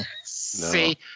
See